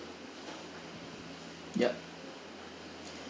ya